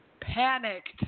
Panicked